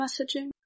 messaging